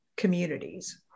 Communities